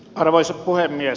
arvoisa puhemies